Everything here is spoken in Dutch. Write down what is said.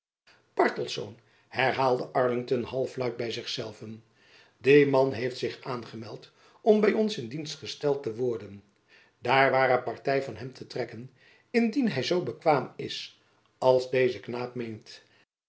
bartelsz herhaalde arlington half luid by zich zelven die man heeft zich aangemeld om by ons in dienst gesteld te worden daar ware party van hem te trekken indien hy zoo bekwaam is als deze knaap meent